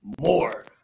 more